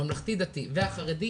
ממלכתי דתי וחרדי,